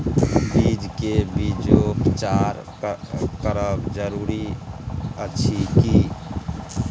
बीज के बीजोपचार करब जरूरी अछि की?